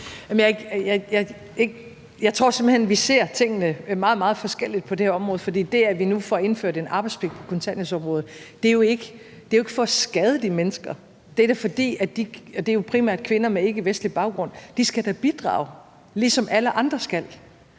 hen, vi ser meget, meget forskelligt på tingene på det her område. For det, at vi nu får indført en arbejdspligt på kontanthjælpsområdet, er jo ikke for at skade de mennesker. Det er jo primært kvinder med ikkevestlig baggrund, og det er da, fordi de skal bidrage, ligesom alle andre skal.